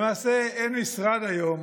למעשה אין משרד היום,